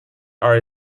are